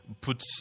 Put